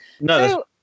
no